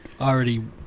already